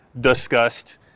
discussed